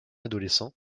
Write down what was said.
adolescent